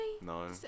No